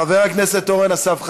חבר הכנסת אורן אסף חזן.